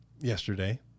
yesterday